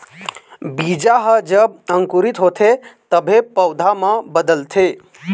बीजा ह जब अंकुरित होथे तभे पउधा म बदलथे